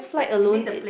flight alone it's